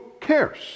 cares